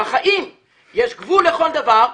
יש גבול לכל דבר,